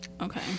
Okay